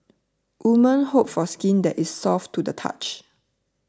women hope for skin that is soft to the touch